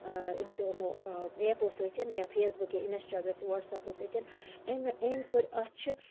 امس یِمو ایپو سۭتۍ یا پھیس بُک یا انَسٹاگرام چھ وٹس ایپو سۭتۍ امہِ امۍ کٔر اتھ چھ